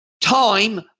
time